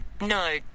no